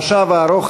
אין אותה בארץ,